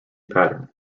pattern